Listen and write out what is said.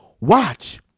Watch